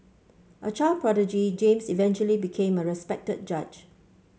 a child prodigy James eventually became a respected judge